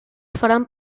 faran